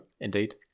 Indeed